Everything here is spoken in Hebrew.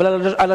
אבל על השולחנות.